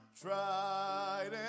tried